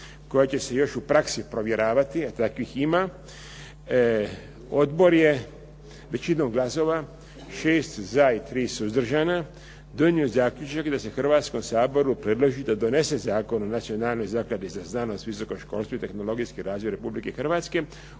koja će se još u praksi provjeravati, a takvih ima, odbor je većinom glasova, 6 za i 3 suzdržana donio zaključak da se Hrvatskom saboru predloži da donese Zakon o Nacionalnoj zakladi za znanost, visoko školstvo i tehnologijski razvoj Republike Hrvatske